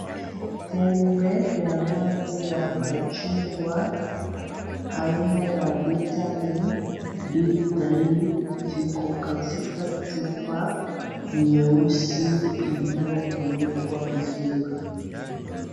Tembe ya rangi ya machungwa aina ya vitamini D3 ziko katika chupa nyeusi iliyofunikwa vizuri.